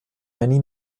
many